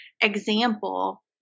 example